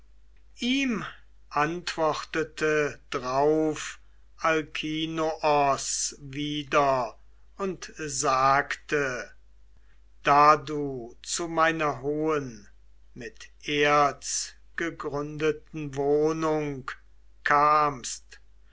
ihm antwortete drauf alkinoos wieder und sagte da du zu meiner hohen mit erz gegründeten wohnung kamst